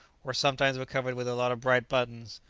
or sometimes were covered with a lot of bright buttons.